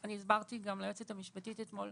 אני הסברתי גם ליועצת המשפטית אתמול.